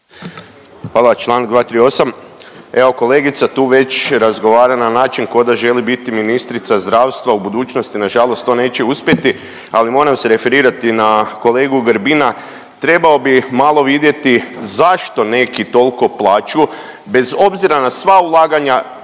Hvala, čl. 238., evo kolegica tu već razgovara na način koda želi biti ministra zdravstva u budućnosti, nažalost to neće uspjeti, ali moram se referirati na kolegu Grbina. Trebao bi malo vidjeti zašto neki tolko plaču bez obzira na sva ulaganja